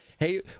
Hey